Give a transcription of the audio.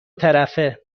طرفه